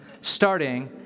starting